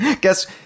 Guess